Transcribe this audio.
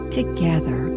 together